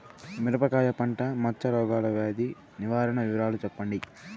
మిరపకాయ పంట మచ్చ రోగాల వ్యాధి నివారణ వివరాలు చెప్పండి?